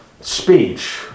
speech